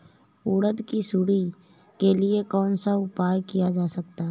उड़द की सुंडी के लिए कौन सा उपाय किया जा सकता है?